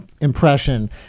impression